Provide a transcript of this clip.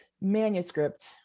manuscript